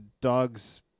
dogs